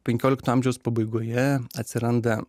penkiolikto amžiaus pabaigoje atsiranda